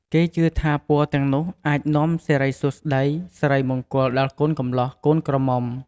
គេជឿថាពណ៌ទាំងនោះអាចនាំសេរីសួស្តី សេរីមង្គលដល់កូនកំលោះ កូនក្រមុំ។